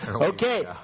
Okay